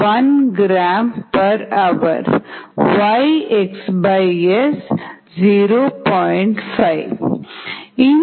5h Ks 1gl Y xs 0